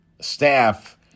staff